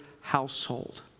household